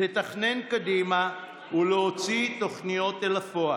לתכנן קדימה ולהוציא תוכניות אל הפועל.